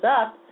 up